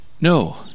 No